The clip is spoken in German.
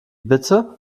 bitte